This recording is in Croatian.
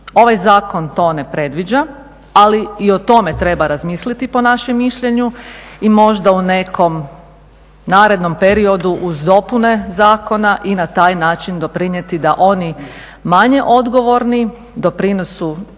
Ovaj zakon to ne predviđa, ali i o tome treba razmisliti po našem mišljenju i možda u nekom narednom periodu uz dopune zakona i na taj način doprinijeti da oni manje odgovorni doprinose